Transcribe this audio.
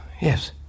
Yes